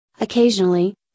Occasionally